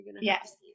yes